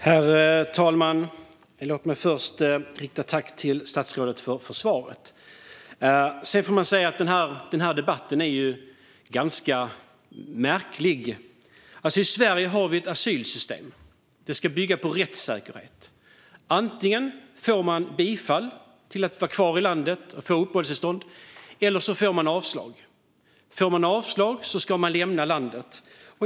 Herr talman! Låt mig först rikta ett tack till statsrådet för svaret. Denna debatt är ju ganska märklig. I Sverige har vi ett asylsystem som ska bygga på rättssäkerhet - antingen får man bifall till att vara kvar i landet, och får då uppehållstillstånd, eller så får man avslag. Får man avslag ska man lämna landet.